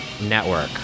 network